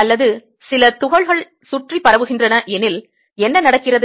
அல்லது சில துகள்கள் சுற்றி பரவுகின்றன எனில் என்ன நடக்கிறது